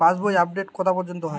পাশ বই আপডেট কটা পর্যন্ত হয়?